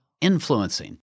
influencing